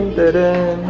that a